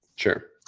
sure.